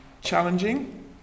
challenging